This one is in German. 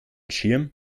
schirm